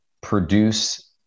produce